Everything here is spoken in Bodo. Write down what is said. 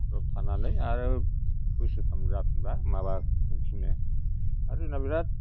द्रफ थानानै आरो बोसोरथाम जाफिनबा माबा खुंफिनो आरो जोंना बिराद